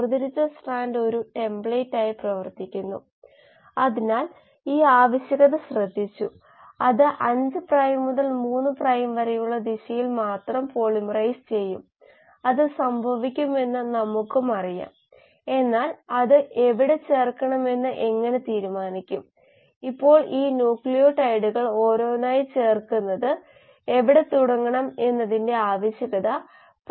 ഇത് extra cellular ഭാഗത്തിന് വേണ്ടിയാണ് ഇൻട്രാസെല്ലുലാർ ഭാഗം ബാഹ്യകോശ ഭാഗം ഇതാണ് മൈനസ് 1 പൂജ്യം പൂജ്യം പൂജ്യം 1 പൂജ്യം പൂജ്യം 1 r നോട്ട് r 3 r 4 എന്നിവയുമായി യോജിക്കുന്നു അവ യോജിക്കുന്നു ഈ വശത്ത് S നോട്ട് C ഡി എന്നിവയുടെ ddt യോജിക്കുന്നു അതേസമയം ഇവിടെ പൂജ്യമായിരിക്കുന്ന എ ബി സി എന്നിവയുമായി പൊരുത്തപ്പെടുന്ന ഇന്റർസെല്ലുലാർ ഈ പ്രത്യേകതയിൽ നിന്ന് ഇവിടെയുള്ള മാട്രിക്സിന്റെ ABC ഭാഗങ്ങളിൽ നിന്ന് സ്റ്റോയിക്ക്യോമെട്രിക് മാട്രിക്സിന്റെ ഈ പ്രത്യേക ഭാഗത്തിൽ നിന്ന് എടുക്കാം